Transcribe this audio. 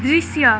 दृश्य